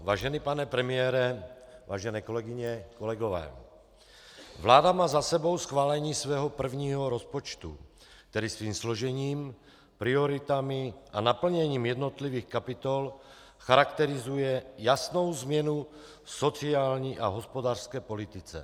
Vážený pane premiére, vážené kolegyně, kolegové, vláda má za sebou schválení svého prvního rozpočtu, který svým složením, prioritami a naplněním jednotlivých kapitol charakterizuje jasnou změnu v sociální a hospodářské politice.